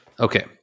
Okay